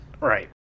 Right